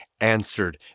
answered